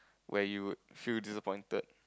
where you would feel disappointed